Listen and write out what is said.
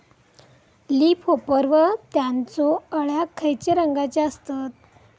Leaf hopper व त्यानचो अळ्या खैचे रंगाचे असतत?